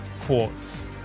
quartz